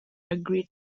agreed